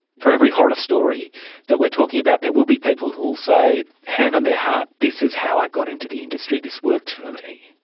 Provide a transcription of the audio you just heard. for every horror story that we are talking about there will be people who will say, hand on their heart, this is how i got into the industry, this worked for me.